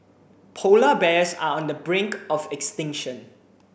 polar bears are on the brink of extinction